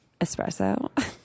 espresso